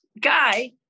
guy